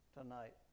tonight